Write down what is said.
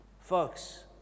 Folks